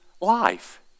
life